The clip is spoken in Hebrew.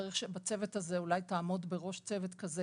צריך שאולי תעמוד בראש צוות כזה